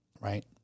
right